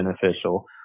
beneficial